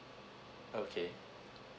okay